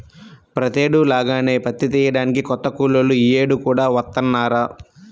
ప్రతేడు లాగానే పత్తి తియ్యడానికి కొత్త కూలోళ్ళు యీ యేడు కూడా వత్తన్నారా